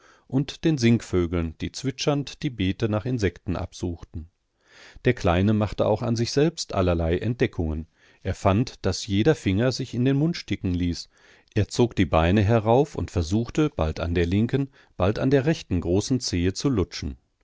und den singvögeln die zwitschernd die beete nach insekten absuchten der kleine machte auch an sich selbst allerlei entdeckungen er fand daß jeder finger sich in den mund stecken ließ er zog die beine herauf und versuchte bald an der linken bald an der rechten großen zehe zu